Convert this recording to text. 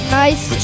nice